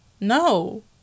No